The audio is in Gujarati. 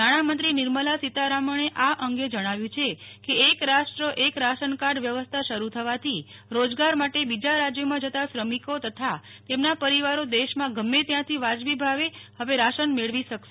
નાણામંત્રી નિર્મલા સીતારમણે આ અંગે જણાવ્યુ છે કે એક રાષ્ટ્ર એક રાશન કાર્ડ વ્યવસ્થા શરૂ થવાંથી રોજગાર માટે બીજા રાજ્યોમાં જતા શ્રમિકો તથા તેમના પરિવારો ગમે ત્યાંથી વાજબી ભાવે હવે રાશન મેળવી શકશે